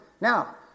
Now